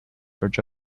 bridge